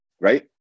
right